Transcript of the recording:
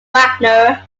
wagner